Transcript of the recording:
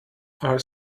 are